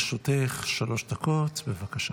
לרשותך שלוש דקות, בבקשה.